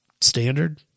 standard